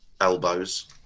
elbows